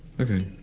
okay.